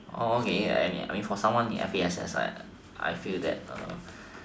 okay I I mean for someone in F_A_S_S right I I feel that the